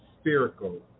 spherical